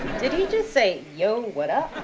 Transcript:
did he just say, yo, what up?